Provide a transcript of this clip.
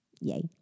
Yay